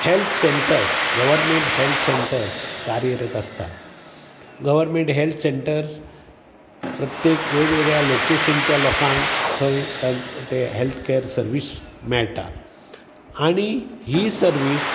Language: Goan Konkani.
health centres government health centres कार्यरत आसतात गव्हरमेंट हेल्थ सेंटर्स प्रत्येक वेगवेगळ्या लोकेशनच्या लोकांक थंय तग ते हेल्थ केअर सर्वीस मेळाटा आनी ही सर्वीस